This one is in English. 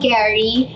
Gary